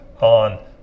on